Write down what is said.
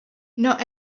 not